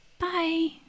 bye